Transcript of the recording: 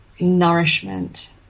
nourishment